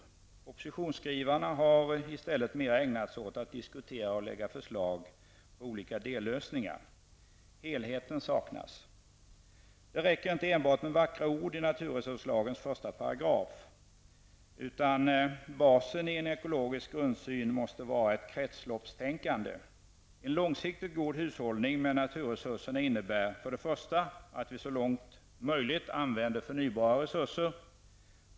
Propositionsskrivarna har i stället mera ägnat sig åt att diskutera och lägga fram förslag på olika dellösningar. Helheten saknas. Det räcker inte enbart med vackra ord i naturresurslagens första paragraf, utan basen i en ekologisk grundsyn måste vara ett kretsloppstänkande. En långsiktig god hushållning med naturresurserna innebär för det första att vi så långt möjligt använder förnybara resurser.